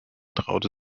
traute